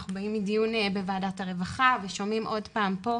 אנחנו באים מדיון בוועדת הרווחה ושומעים עוד פעם פה.